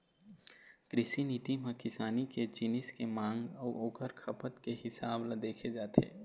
कृषि नीति म किसानी के जिनिस के मांग अउ ओखर खपत के हिसाब ल देखे जाथे